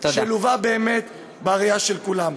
שלווה באמת בראייה של כולם.